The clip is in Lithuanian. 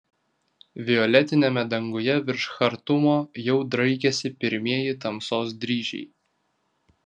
violetiniame danguje virš chartumo jau draikėsi pirmieji tamsos dryžiai